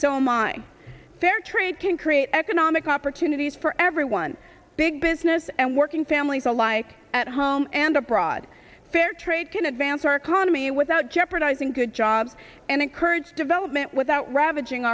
my fair trade can create economic opportunities for everyone big business and working families alike at home and abroad fair trade can advance our economy without jeopardizing good jobs and encourage development without ravaging